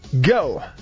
go